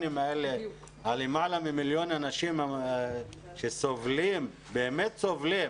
למעלה ממיליון אנשים שסובלים, באמת סובלים.